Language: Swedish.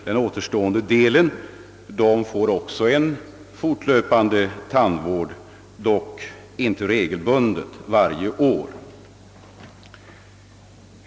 Den återstående delen får också en fortlöpande tandvård, dock inte regelbundet varje år.